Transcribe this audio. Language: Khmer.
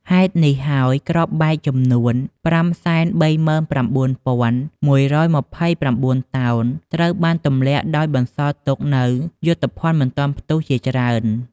ហេតុនេះហើយគ្រាប់បែក ចំនួន ៥៣៩,១២៩ តោនត្រូវបានទម្លាក់ដោយបន្សល់ទុកនូវយុទ្ធភណ្ឌមិនទាន់ផ្ទុះជាច្រើន។